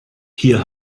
hier